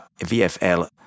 VfL